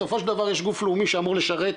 בסופו של דבר יש גוף לאומי שאמור לשרת,